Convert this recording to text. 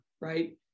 right